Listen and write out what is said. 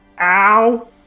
Ow